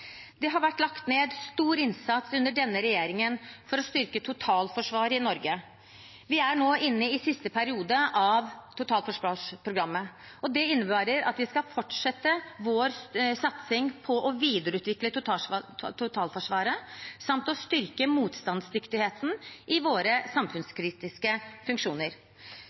Det har vært lagt ned en stor innsats under denne regjeringen for å styrke totalforsvaret i Norge. Vi er nå inne i siste periode av Totalforsvarsprogrammet, og det innebærer at vi skal fortsette vår satsing på å videreutdanne totalforsvaret samt styrke motstandsdyktigheten i våre samfunnskritiske funksjoner.